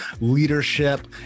leadership